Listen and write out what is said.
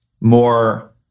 more